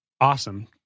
awesome